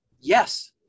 yes